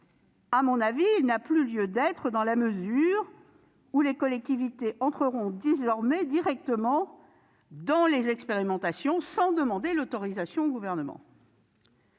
expérimentations. Il n'a plus lieu d'être, dans la mesure où les collectivités entreront désormais directement dans les expérimentations, sans demander l'autorisation du Gouvernement.